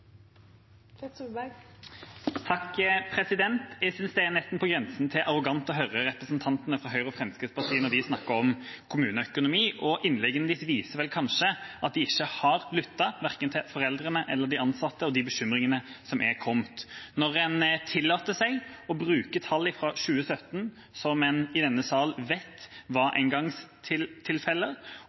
på grensen til arroganse når jeg hører representantene fra Høyre og Fremskrittspartiet snakke om kommuneøkonomi. Innleggene deres viser vel kanskje at de ikke har lyttet til verken foreldrene eller de ansatte når det gjelder de bekymringene som er kommet, når en tillater seg å bruke tall fra 2017 som en i denne sal vet var